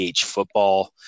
football